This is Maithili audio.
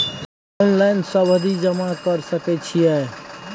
ऑनलाइन सावधि जमा कर सके छिये?